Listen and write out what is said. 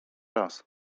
raz